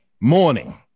morning